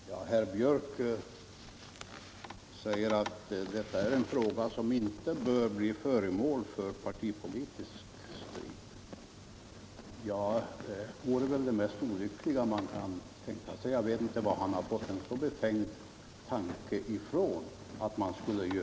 Herr talman! Herr Björck i Nässjö säger att detta är en fråga som inte bör bli föremål för partipolitisk strid, och det vore väl det mest olyckliga man kan tänka sig. Jag vet inte var han har fått en så befängd tanke ifrån.